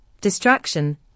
distraction